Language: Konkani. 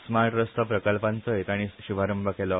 स्मार्ट रस्तो प्रकल्पांचोय ताणी प शुभारंभ केलो